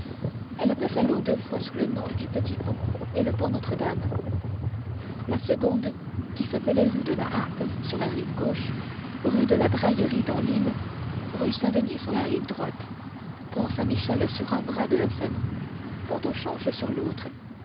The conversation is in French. elle passait l'eau deux fois sous le nom de petit pont et de pont notre-dame la seconde qui s'appelait rue de la harpe sur la rive gauche rue de la barillerie dans l'île rue saint-denis sur la rive droite pont saint-michel sur un bras de la seine pont au change sur l'autre